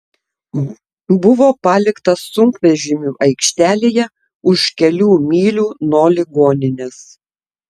buvo paliktas sunkvežimių aikštelėje už kelių mylių nuo ligoninės